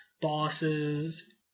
bosses